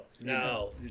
no